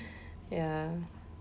ya